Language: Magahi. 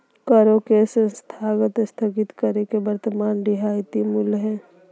करों के स्थगन स्थगित कर के वर्तमान रियायती मूल्य हइ